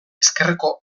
ezkerreko